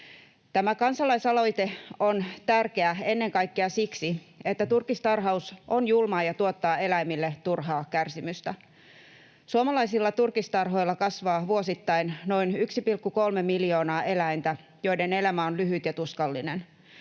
Tämä kansalaisaloite on tärkeä ennen kaikkea siksi, että turkistarhaus on julmaa ja tuottaa eläimille turhaa kärsimystä. Suomalaisilla turkistarhoilla kasvaa vuosittain noin 1,3 miljoonaa eläintä, joiden elämä on lyhyt ja tuskallinen.